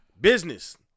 Business